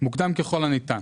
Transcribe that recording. מוקדם ככל הניתן